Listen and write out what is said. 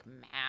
math